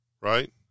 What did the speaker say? right